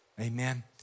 Amen